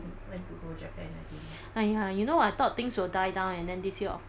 !aiya! you know ah I thought things will die down and then this year october or november can go back